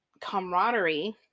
camaraderie